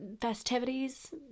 festivities